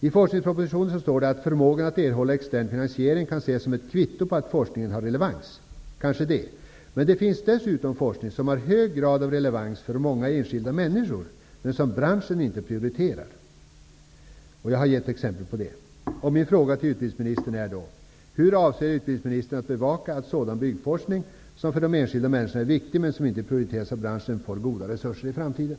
I forskningspropositionen står det att förmågan att erhålla extern finansiering kan ses som ett kvitto på att forskningen har relevans. Kanske det. Men det finns dessutom forskning som har hög grad av relevans för många enskilda människor, men som branschen inte prioriterar. Jag har gett exempel på det. Min fråga till utbildningsministern är: Hur avser utbildningsministern att bevaka att sådan byggforskning som är viktig för de enskilda människorna, men som inte prioriteras av branschen, får goda resurser i framtiden?